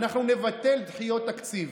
אנחנו נבטל דחיות תקציב.